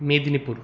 Medinipur